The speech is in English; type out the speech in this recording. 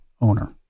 owner